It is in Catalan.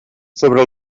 sobre